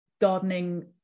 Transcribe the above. gardening